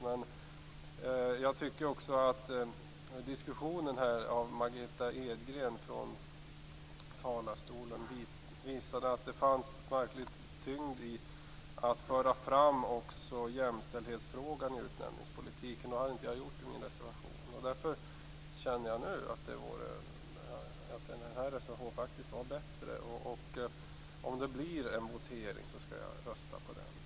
Margitta Edgrens diskussion i talarstolen visar att det fanns tyngd i att föra fram jämställdhetsfrågan i utnämningspolitiken. Det hade jag inte gjort i min reservation. Därför anser jag att denna reservation är bättre. Om det blir votering, skall jag rösta på den.